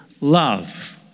love